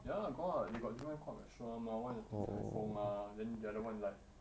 ya got they got new one called restaurant [one] the 鼎泰丰 ah then the other one is like